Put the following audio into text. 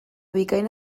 bikain